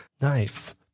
Nice